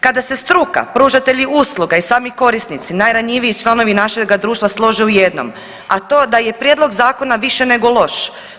Kada se struka, pružatelji usluga i sami korisnici najranjiviji članovi našega društva slože u jednom, a to da je prijedlog zakona više nego loš.